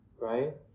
right